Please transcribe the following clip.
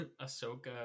Ahsoka